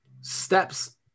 steps